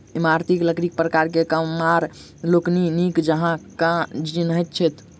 इमारती लकड़ीक प्रकार के कमार लोकनि नीक जकाँ चिन्हैत छथि